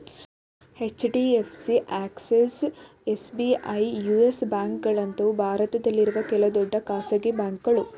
HDFC, Axis, SBI, Yes ಬ್ಯಾಂಕ್ಗಳಂತವು ಭಾರತದಲ್ಲಿರೋ ಕೆಲ ದೊಡ್ಡ ಖಾಸಗಿ ಬ್ಯಾಂಕುಗಳು